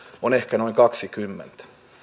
on ehkä noin kaksikymmentä